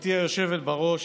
גברתי היושבת בראש.